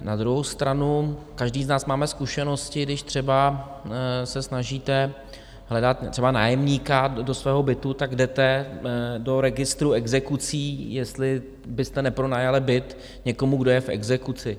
Na druhou stranu každý z nás máme zkušenosti, když třeba se snažíte hledat třeba nájemníka do svého bytu, jdete do registru exekucí, jestli byste nepronajali byt někomu, kdo je v exekuci.